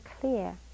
clear